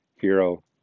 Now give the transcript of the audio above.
hero